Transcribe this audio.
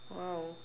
!wow!